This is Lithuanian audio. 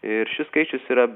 ir šis skaičius yra